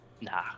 Nah